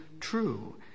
true